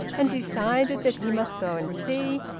and decided that he must go and see,